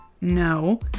No